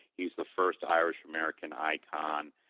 he's the first irish-american icon.